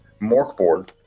Morkboard